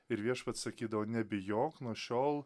ir viešpats sakydavo nebijok nuo šiol